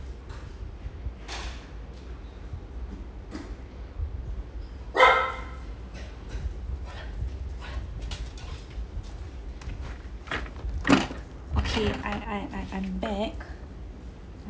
okay I I I I'm back